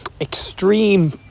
Extreme